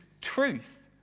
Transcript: truth